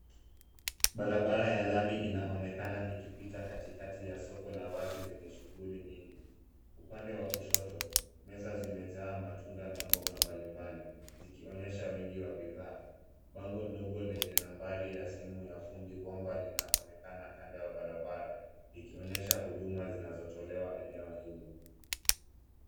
Barabara ya lami inaonekana ikipita katikati ya soko la wazi lenye shughuli nyingi. Upande wa kushoto, meza zimejaa matunda na mboga mbalimbali zikionyesha wingi wa bidhaa. Bango ndogo lenye nambari ya simu ya fundi bomba linaonekana kando ya barabara ikionyesha huduma zinazotolewa eneo hilo.